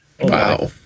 Wow